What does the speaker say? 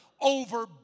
over